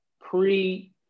pre